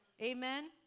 Amen